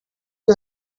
you